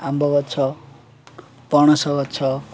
ଆମ୍ବ ଗଛ ପଣସ ଗଛ